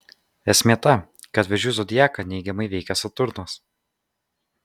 esmė ta kad vėžių zodiaką neigiamai veikia saturnas